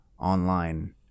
online